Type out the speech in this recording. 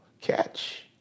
catch